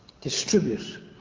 distribute